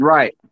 Right